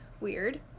weird